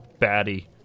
baddie